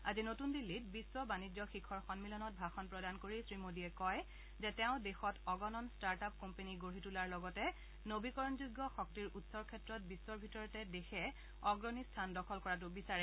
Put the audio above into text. আজি নতুন দিল্লীত বিশ্ব বাণিজ্য শিখৰ সন্মিলনত ভাষণ প্ৰদান কৰি শ্ৰীমোদীয়ে কয় যে তেওঁ দেশত অগণন ষ্টাৰ্টআপ কম্পেনী গঢ়ি তোলাৰ লগতে নবীকৰণযোগ্য শক্তিৰ উৎসৰ ক্ষেত্ৰত বিশ্বৰ ভিতৰতে দেশে অগ্ৰণী স্থান দখল কৰাটো বিচাৰে